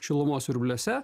šilumos siurbliuose